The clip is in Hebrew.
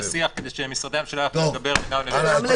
השיח כדי שמשרדי הממשלה יוכלו לדבר בינם לבין עצמם.